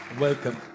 Welcome